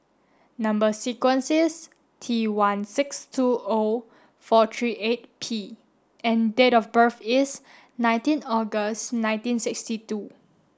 number sequence is T one six two O four three eight P and date of birth is nineteen August nineteen sixty two